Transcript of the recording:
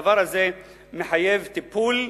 הדבר הזה מחייב טיפול מוסרי,